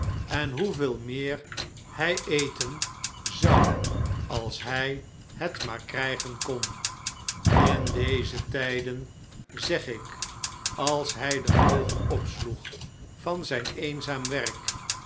en hoeveel meer hij eten zou als hij het maar krijgen kon in deze tn'den zeg ik als hij de oogen opsloeg van zijn eenzaam werk